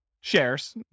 shares